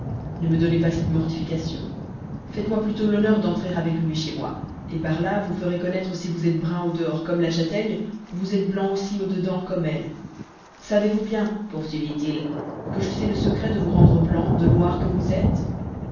ne me donnez pas cette mortification faites-moi plutôt l'honneur d'entrer avec lui chez moi et par là vous ferez connaître si vous êtes brun au-dehors comme la châtaigne vous êtes blanc aussi audedans comme elle savez-vous bien poursuivit-il que je sais le secret de vous rendre blanc de noir que vous êtes